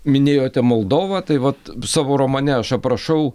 minėjote moldovą tai vat savo romane aš aprašau